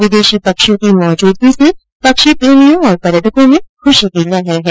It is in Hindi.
विदेशी पक्षियों की मौजूदगी से पक्षी प्रेमियों और पर्यटकों में खुशी की लहर है